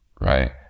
right